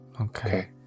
Okay